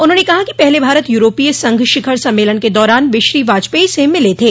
उन्होंने कहा कि पहले भारत यूरोपीय संघ शिखर सम्मेलन के दौरान वे श्री वाजपेई से मिले थे